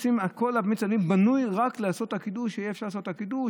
כל מיץ הענבים בנוי רק שיהיה אפשר לעשות עליו קידוש,